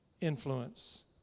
Influence